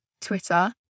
Twitter